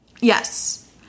Yes